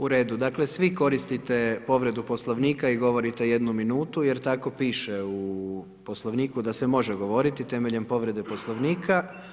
U redu, dakle svi koristite povredu Poslovnika i govorite jednu minutu jer tako piše u Poslovniku da se može govoriti temeljem povrede Poslovnika.